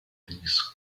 these